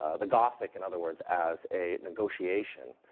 ah the gothic, in other words, as a negotiation,